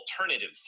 alternative